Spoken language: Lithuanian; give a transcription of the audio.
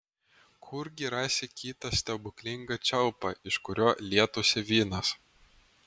kurgi rasi kitą stebuklingą čiaupą iš kurio lietųsi vynas